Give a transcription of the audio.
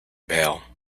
bail